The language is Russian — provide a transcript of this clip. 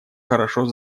хорошо